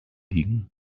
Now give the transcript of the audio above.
liegen